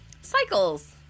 Cycles